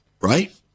Right